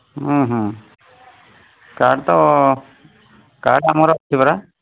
ହଁ ହଁ କାର୍ଡ ତ କାର୍ଡ ଆମର ଅଛି ପରା